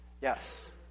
Yes